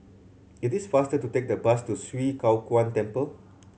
it is faster to take the bus to Swee Kow Kuan Temple